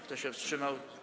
Kto się wstrzymał?